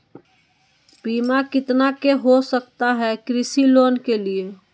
बीमा कितना के हो सकता है कृषि लोन के लिए?